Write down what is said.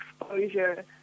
exposure